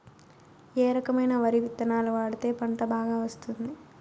ఏ రకమైన వరి విత్తనాలు వాడితే పంట బాగా వస్తుంది?